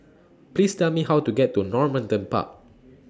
Please Tell Me How to get to Normanton Park